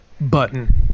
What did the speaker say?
button